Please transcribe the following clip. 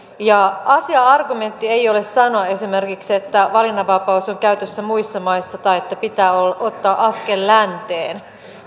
asia argumentti ei ole sanoa esimerkiksi että valinnanvapaus on käytössä muissa maissa tai että pitää ottaa askel länteen